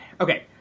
okay